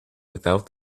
without